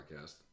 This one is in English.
podcast